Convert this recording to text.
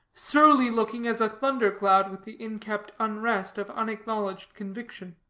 surly-looking as a thundercloud with the inkept unrest of unacknowledged conviction.